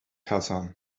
hassan